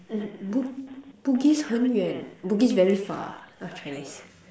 Bugis 很远 Bugis very far ah Chinese